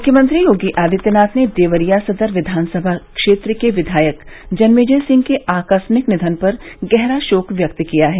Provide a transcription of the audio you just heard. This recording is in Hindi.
मूख्यमंत्री योगी आदित्यनाथ ने देवरिया सदर विधानसभा क्षेत्र के विधायक जन्मेजय सिंह के आकस्मिक निधन पर गहरा शोक व्यक्त किया है